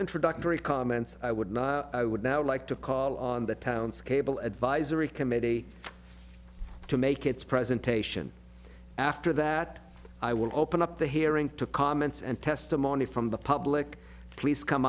introductory comments i would not i would now like to call on the town's cable advisory committee to make its presentation after that i will open up the hearing to comments and testimony from the public please come